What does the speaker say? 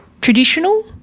traditional